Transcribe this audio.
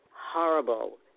horrible